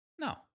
No